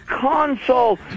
console